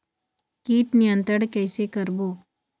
कीट नियंत्रण कइसे करबो?